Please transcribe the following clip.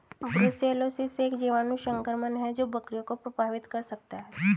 brucellosis एक जीवाणु संक्रमण है जो बकरियों को प्रभावित कर सकता है